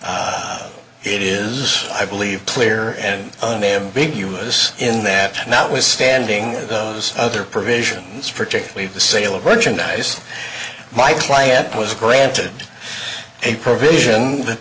allah it is i believe clear and unambiguous in that notwithstanding those other provisions for to leave the sale of merchandise my client was granted a provision that